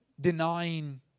denying